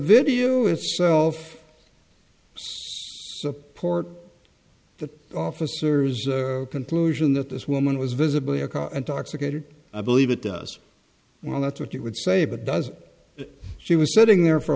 video itself port the officers conclusion that this woman was visibly intoxicated i believe it does well that's what you would say but does she was sitting there for a